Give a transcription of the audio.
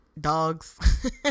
dogs